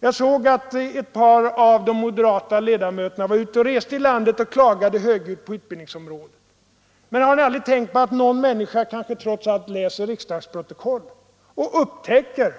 Jag såg att ett par av de moderata ledamöterna var ute och reste i landet och klagade högljutt på utbildningsområdet. Men har ni aldrig tänkt på att någon människa kanske trots allt läser riksdagsprotokoll och upptäcker